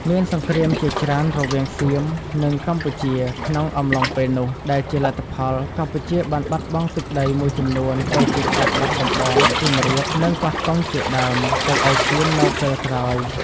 មានសង្គ្រាមជាច្រើនរវាងសៀមនិងកម្ពុជាក្នុងអំឡុងពេលនោះ ដែលជាលទ្ធផលកម្ពុជាបានបាត់បង់ទឹកដីមួយចំនួនដូចជាខេត្តបាត់ដំបង សៀមរាប និងកោះកុងជាដើមទៅឱ្យសៀមនៅពេលក្រោយ។